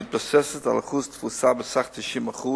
המתבססת על שיעור תפוסה של 90%